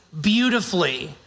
beautifully